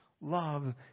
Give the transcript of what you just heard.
Love